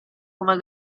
come